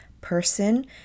person